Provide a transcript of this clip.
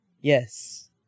Yes